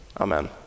Amen